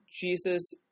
Jesus